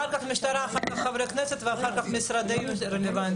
אחר כך אנשי המשטרה ואחר כך חברי הכנסת ומשרדים רלוונטיים.